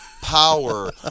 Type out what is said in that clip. power